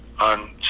on